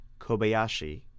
Kobayashi